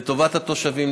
לטובת התושבים,